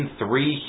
three